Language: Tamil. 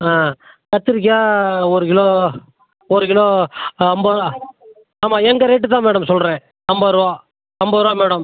கத்திரிக்காய் ஒரு கிலோ ஒரு கிலோ ஐம்பது ரூபா ஆமாம் எங்கள் ரேட்டு தான் மேடம் சொல்கிறேன் ஐம்பது ரூபா ஐம்பது ரூபா மேடம்